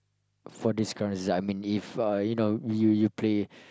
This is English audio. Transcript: for this current season I mean if uh you know you you play